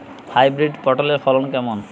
Hybrid পটলের ফলন কেমন?